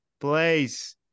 place